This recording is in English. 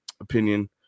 opinion